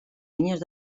niños